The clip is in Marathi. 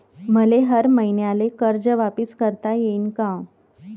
मले हर मईन्याले कर्ज वापिस करता येईन का?